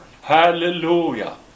Hallelujah